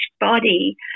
body